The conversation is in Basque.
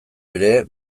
ere